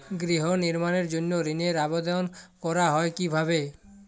গৃহ নির্মাণের জন্য ঋণের আবেদন করা হয় কিভাবে?